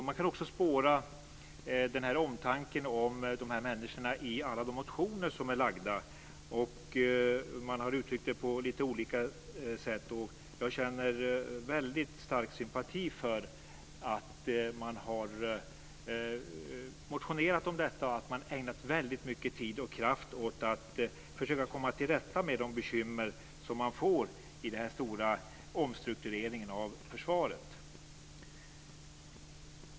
Jag kan också spåra omtanken om dessa människor i alla de motioner som är väckta. Man har uttryckt det på lite olika sätt. Jag känner väldigt stark sympati för att man har motionerat om detta och ägnat väldigt mycket tid och kraft åt att försöka komma till rätta med de bekymmer som man får vid den stora omstruktureringen av försvaret.